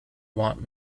want